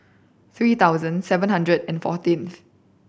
three thousand seven hundred and fourteenth